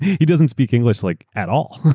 he doesnaeurt speak english like at all.